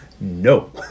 no